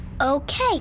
Okay